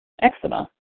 eczema